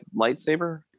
lightsaber